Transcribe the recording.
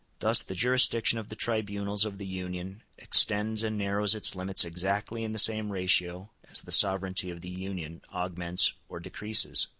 thus the jurisdiction of the tribunals of the union extends and narrows its limits exactly in the same ratio as the sovereignty of the union augments or decreases.